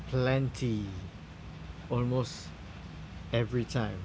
plenty almost every time